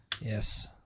Yes